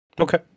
Okay